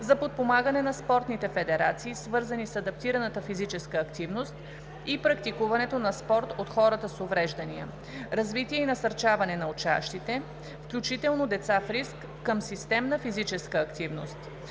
за подпомагане на спортните федерации, свързани с адаптираната физическа активност и практикуването на спорт от хората с увреждания; развитие и насърчаване на учащите, включително деца в риск към системна физическа активност;